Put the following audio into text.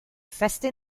feste